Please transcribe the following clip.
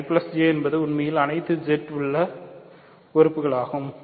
I J என்பது உண்மையில் அனைத்து z உள்ள உறுப்பாகும்